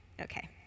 Okay